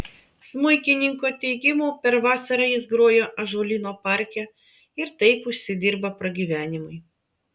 smuikininko teigimu per vasarą jis groja ąžuolyno parke ir taip užsidirba pragyvenimui